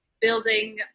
building